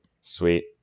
Sweet